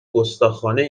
گستاخانهی